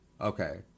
Okay